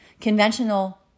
Conventional